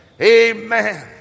amen